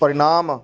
ਪ੍ਰਣਾਮ